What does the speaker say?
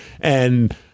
and-